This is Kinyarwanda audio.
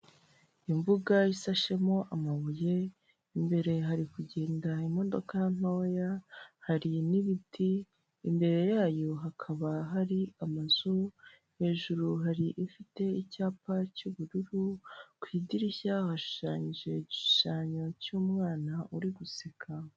Umugabo w'imisatsi migufiya w'inzobe ufite ubwanwa bwo hejuru wambaye umupira wo kwifubika urimo amabara atandukanye ubururu, umweru n'umukara wambariyemo ishati, araburanishwa.